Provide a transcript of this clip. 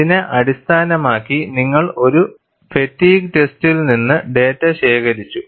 ഇതിനെ അടിസ്ഥാനമാക്കി നിങ്ങൾ ഒരു ഫാറ്റിഗ് ടെസ്റ്റിൽ നിന്ന് ഡാറ്റ ശേഖരിച്ചു